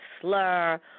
slur